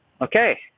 Okay